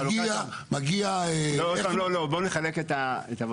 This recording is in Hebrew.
בוא נחלק את זה.